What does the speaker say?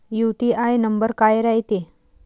UTR number काय रायते?